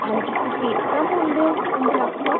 ਹਾਂਜੀ ਤੁਸੀਂ ਏਕਤਾ ਬੋਲਦੇ ਹੋ ਪੰਜਾਬ ਤੋਂ